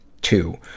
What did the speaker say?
two